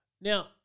Now